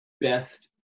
best